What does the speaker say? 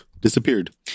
disappeared